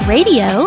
Radio